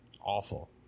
Awful